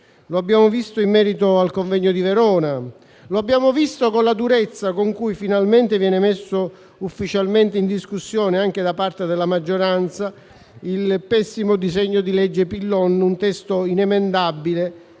lo abbiamo visto in merito al convegno di Verona; lo abbiamo visto con la durezza con cui finalmente viene messo ufficialmente in discussione, anche da parte della maggioranza, il pessimo disegno di legge Pillon, un testo inemendabile